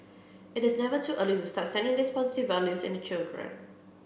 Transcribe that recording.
it is never too early to start seeding these positive values in the children